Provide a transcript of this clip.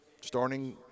starting